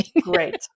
Great